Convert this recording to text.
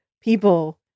people